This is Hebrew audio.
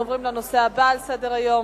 אנחנו עוברים לנושא הבא על סדר-היום: